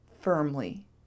firmly